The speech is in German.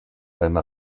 eine